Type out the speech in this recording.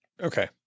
Okay